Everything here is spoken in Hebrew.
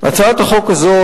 הצעת החוק הזו,